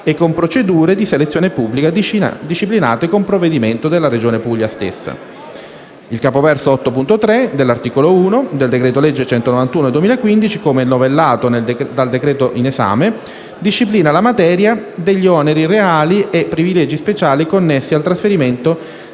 e con procedure di selezione pubblica disciplinate con provvedimento della Regione Puglia stessa. Il comma 8.3 dell'articolo 1 del decreto-legge n. 191 del 2015 disciplina la materia degli oneri reali e privilegi speciali connessi al trasferimento